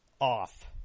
off